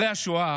אחרי השואה